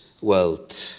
world